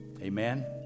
Amen